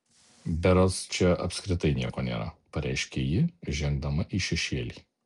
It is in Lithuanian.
berods čia apskritai nieko nėra pareiškė ji žengdama į šešėlį